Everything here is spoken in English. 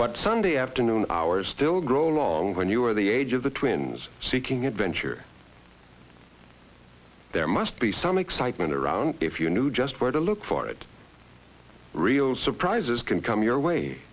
but sunday afternoon hours still grow long when you were the age of the twins seeking adventure there must be some excitement around if you knew just where to look for it real surprises can come your way